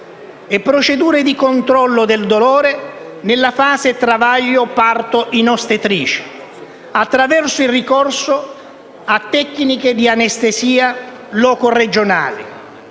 e procedure di controllo del dolore nella fase travaglio-parto in ostetricia, attraverso il ricorso a tecniche di anestesia loco-regionale,